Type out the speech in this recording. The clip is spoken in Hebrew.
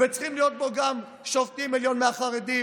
וצריכים להיות בו גם שופטי עליון מהחרדים